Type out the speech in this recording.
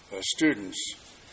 students